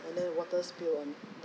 and then water spill on the